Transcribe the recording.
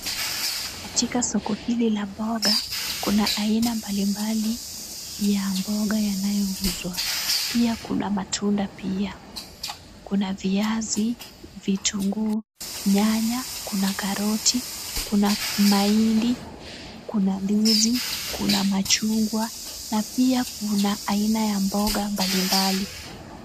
Katika soo hili la mboga, kuna aina mbalimbali ya mboga yanayouzwa. Pia kuna matunda pia. Kuna viazi, vitunguu, nyanya, kuna karoti, kuna mahindi, kuna ndizi, kuna machungwa na pia kuna aina ya mboga mbalimbali.